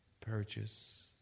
purchase